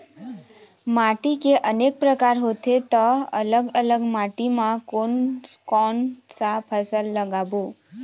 माटी के अनेक प्रकार होथे ता अलग अलग माटी मा कोन कौन सा फसल लगाबो?